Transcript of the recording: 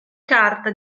carta